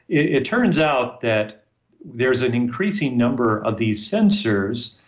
it turns out that there's an increasing number of these sensors,